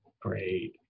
Great